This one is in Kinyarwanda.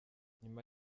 nyuma